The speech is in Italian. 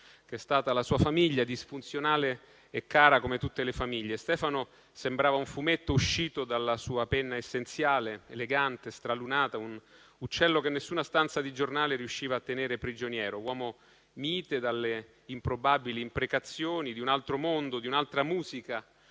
che è stata la sua famiglia disfunzionale e cara come tutte le famiglie. Stefano sembrava un fumetto uscito dalla sua penna essenziale, elegante, stralunata; un uccello che nessuna stanza di giornale riusciva a tenere prigioniero. Uomo mite dalle improbabili imprecazioni, di un altro mondo, di un'altra musica